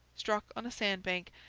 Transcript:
struck on a sand-bank,